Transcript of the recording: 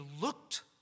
looked